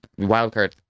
Wildcard